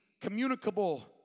communicable